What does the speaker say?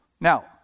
Now